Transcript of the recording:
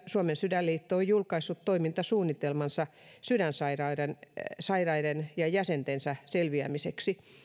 suomen sydänliitto on julkaissut toimintasuunnitelmansa sydänsairaiden ja jäsentensä selviämiseksi